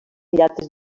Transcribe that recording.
llates